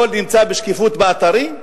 הכול נמצא בשקיפות באתרים?